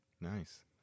Nice